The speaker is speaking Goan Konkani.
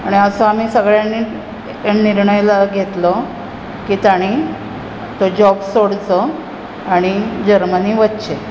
सो आमी सगळ्यांनी निर्णय घेतलो की तांणी तो जोब सोडचो आनी जर्मनी वचचें